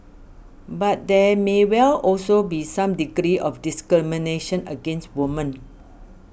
but there may well also be some degree of discrimination against women